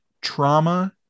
trauma